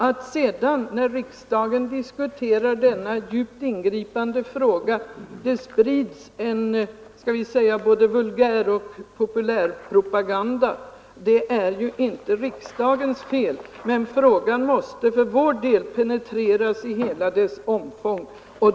Att det sedan, när riksdagen diskuterar denna djupt ingripande fråga, sprids en vulgäroch populärpropaganda är ju inte riksdagens fel. Frågan måste för vår del penetreras i hela sitt omfång.